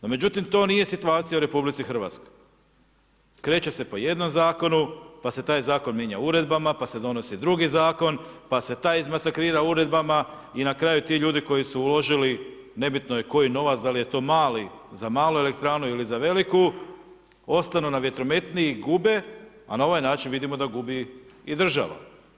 No, međutim, to nije situacija u RH, kreće se po jednom zakonu, pa se taj zakon mijenja uredbama, pa se donosi drugi zakon, pa se taj izmasakrira uredbama i na kraju ti ljudi koji su uložili, nebitno koji novac, da li je to mali za malu elektranu ili za veliku, ostaju na vjetrometniji i gube, a na ovaj način, vidimo, da gubi i država.